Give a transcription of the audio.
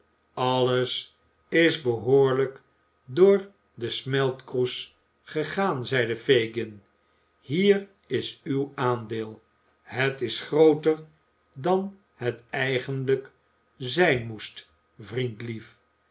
alles is behoorlijk door den smeltkroes gegaan zeide fagin hier is uw aandeel het is grooter dan het eigenlijk zijn moest vriendlief